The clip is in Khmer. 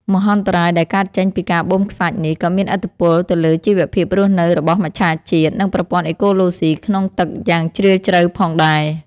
មហន្តរាយដែលកើតចេញពីការបូមខ្សាច់នេះ ក៏មានឥទ្ធិពលទៅលើជីវភាពរស់នៅរបស់មច្ឆជាតិ និងប្រព័ន្ធអេកូឡូស៊ីក្នុងទឹកយ៉ាងជ្រាលជ្រៅផងដែរ។